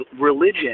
religion